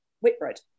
Whitbread